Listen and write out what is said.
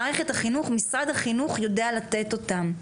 מערכת החינוך, משרד החינוך יודע לתת אותן,